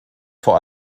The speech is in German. vor